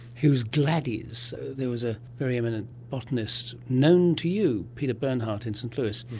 whose gladdies. there was a very eminent botanist, known to you, peter bernhardt in st louis,